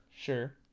Sure